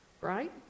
right